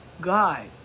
God